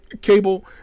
Cable